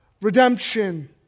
redemption